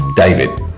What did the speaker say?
David